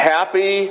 Happy